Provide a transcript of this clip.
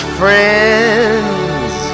friends